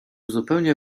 zupełnie